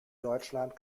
deutschland